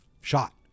shot